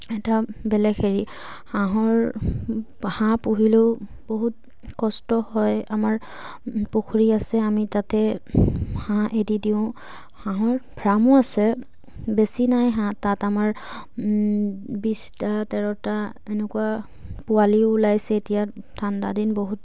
এটা বেলেগ হেৰি হাঁহৰ হাঁহ পুহিলেও বহুত কষ্ট হয় আমাৰ পুখুৰী আছে আমি তাতে হাঁহ এৰি দিওঁ হাঁহৰ ফাৰ্মো আছে বেছি নাই হাঁহ তাত আমাৰ বিছটা তেৰটা এনেকুৱা পোৱালিও ওলাইছে এতিয়া ঠাণ্ডা দিন বহুত